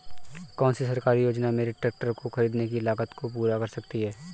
कौन सी सरकारी योजना मेरे ट्रैक्टर को ख़रीदने की लागत को पूरा कर सकती है?